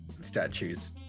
Statues